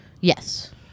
yes